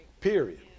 Period